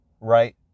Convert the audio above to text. right